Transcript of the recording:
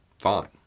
Fine